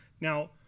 now